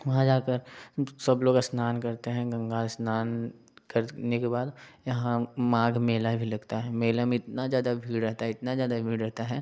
वहाँ जाकर सब लोग स्नान करते हैं गंगा स्नान करने के बाद यहाँ माघ मेला भी लगता है मेला में इतना ज़्यादा भीड़ रहता है इतना ज़्यादा भीड़ रहता है